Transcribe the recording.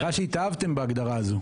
נראה שהתאהבתם בהגדרה הזאת.